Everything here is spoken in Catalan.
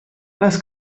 les